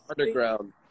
Underground